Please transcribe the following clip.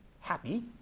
happy